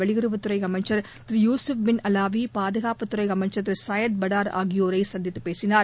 வெளியுறவுத்துறை அமைச்சர் திரு யூசூப் பின் அலாவி பாதுகாப்புத்துறை அமைச்சர் திரு சையத் படார் ஆகியோரை சந்தித்துப் பேசினார்